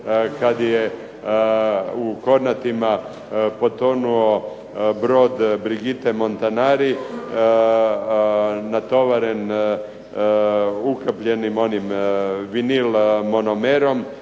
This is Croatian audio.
kada je u Kornatima potonuo brod Brigitte Montanari natovarene onim ukapljenim onim vinil-monomerom.